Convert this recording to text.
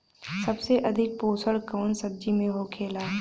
सबसे अधिक पोषण कवन सब्जी में होखेला?